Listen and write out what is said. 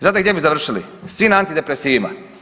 Znate gdje bi završili, svi na antidepresivima.